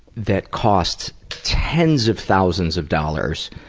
that cost tens of thousands of dollars,